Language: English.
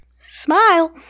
Smile